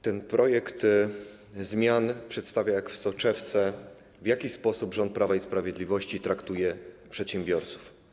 Ten projekt zmian przedstawia jak w soczewce, w jaki sposób rząd Prawa i Sprawiedliwości traktuje przedsiębiorców.